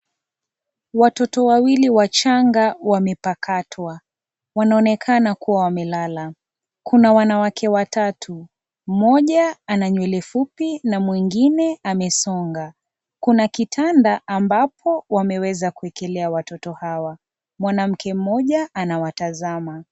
Watoto wawili wachanga wamepakatwa. Wanaonekana kuwa wamelala. Kuna wanawake watatu. Mmoja ana nywele fupi na mwengine amesonga. Kuna kitanda ambapo wameweza kuwekelea watoto hawa. Mwanamke mmoja anawatazama.